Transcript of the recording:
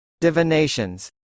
Divinations